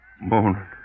Morning